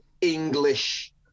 English